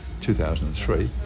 2003